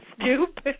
stupid